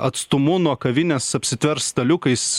atstumu nuo kavinės apsitvers staliukais